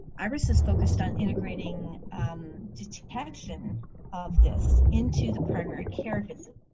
iris is focused on integrating detection of this into the primary care visit,